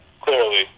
clearly